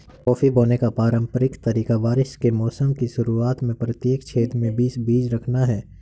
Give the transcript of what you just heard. coffee बोने का पारंपरिक तरीका बारिश के मौसम की शुरुआत में प्रत्येक छेद में बीस बीज रखना है